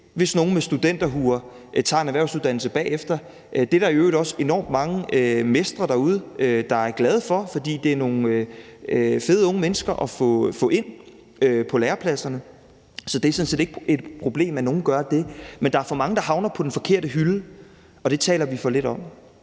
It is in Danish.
hvis nogle med studenterhuer tager en erhvervsuddannelse bagefter. Det er der i øvrigt også enormt mange mestre derude der er glade for, fordi det er nogle fede unge mennesker at få ind på lærepladserne. Så det er sådan set ikke et problem, at nogle gør det. Men der er for mange, der havner på den forkerte hylde, og det taler vi for lidt om.